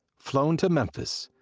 flown to memphis,